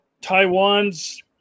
Taiwan's